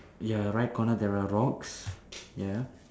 ya right corner there are rocks ya